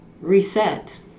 reset